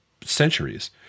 centuries